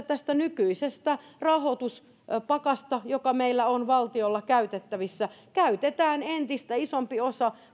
tästä nykyisestä rahoituspakasta joka meillä on valtiolla käytettävissä käytetään entistä isompi osa